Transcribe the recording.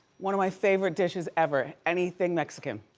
one of my favorite dishes ever anything mexican.